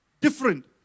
different